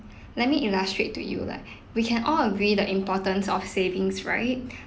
let me illustrate to you lah we can all agree the importance of savings right